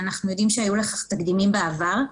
אנחנו יודעים שהיו לכך תקדימים בעבר.